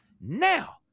Now